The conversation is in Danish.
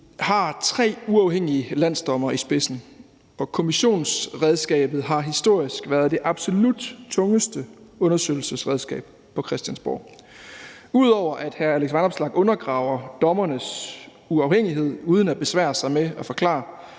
har tre uafhængige landsdommere i spidsen, og kommissionsredskabet har historisk været det absolut tungeste undersøgelsesredskab på Christiansborg. Ud over at hr. Alex Vanopslagh undergraver dommernes uafhængighed uden at besvære sig med at forklare